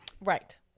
Right